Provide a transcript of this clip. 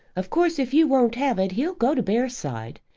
of course, if you won't have it, he'll go to bearside.